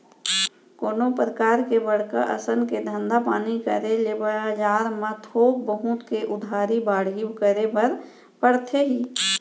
कोनो परकार के बड़का असन के धंधा पानी करे ले बजार म थोक बहुत के उधारी बाड़ही करे बर परथे ही